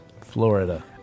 Florida